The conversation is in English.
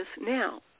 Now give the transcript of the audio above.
now